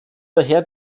daher